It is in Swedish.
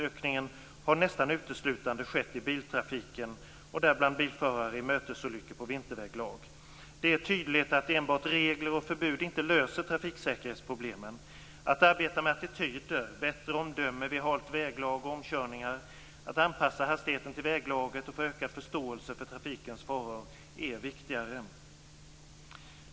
Ökningen har nästan uteslutande skett i biltrafiken och där bland bilförare i mötesolyckor på vinterväglag. Det är tydligt att enbart regler och förbud inte löser trafiksäkerhetsproblemen. Att arbeta med attityder, bättre omdöme vid halt väglag och omkörningar, att anpassa hastigheten till väglaget och få ökad förståelse för trafikens faror är viktigare.